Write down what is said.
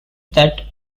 that